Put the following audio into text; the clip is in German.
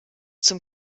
zum